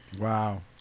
Wow